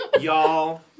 Y'all